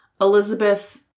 Elizabeth